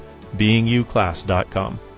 beinguclass.com